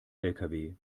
lkw